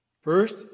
First